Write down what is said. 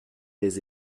les